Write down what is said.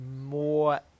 more